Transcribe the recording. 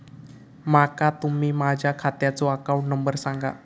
माका तुम्ही माझ्या खात्याचो अकाउंट नंबर सांगा?